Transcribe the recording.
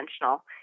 intentional